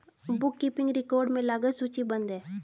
book keeping record में लागत सूचीबद्ध है